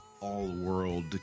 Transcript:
all-world